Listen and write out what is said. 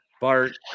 bart